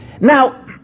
Now